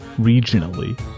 regionally